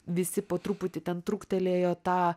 visi po truputį ten truktelėjo tą